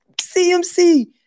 CMC